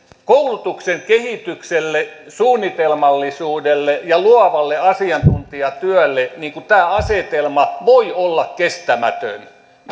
koulutuksen kehitykselle suunnitelmallisuudelle ja luovalle asiantuntijatyölle tämä asetelma voi olla kestämätön